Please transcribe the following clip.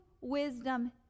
wisdom